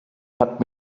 hat